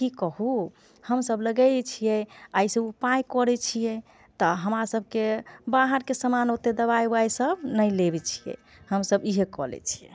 की कहुँ हमसभ लगबै छियै एहिसँ उपाय करै छियै तऽ हमरा सभके बाहर के समान ओते दबाइ उबाइ सभ नहि लेबै छियै हमसभ इहे कऽ लय छियै